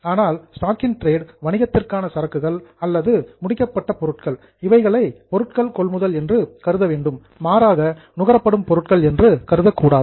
ஆனால் stock in trade வணிகத்திற்கான சரக்குகள் அல்லது பின்னிஸ்ட் கூட்ஸ் முடிக்கப்பட்ட பொருட்கள் இவைகளை பொருட்கள் கொள்முதல் என்று கருத வேண்டும் மாறாக நுகரப்படும் பொருட்கள் என்று கருதக்கூடாது